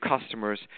customers